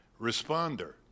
responder